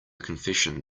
confession